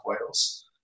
Wales